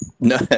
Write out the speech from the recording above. No